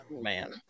Man